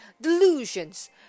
DELUSIONS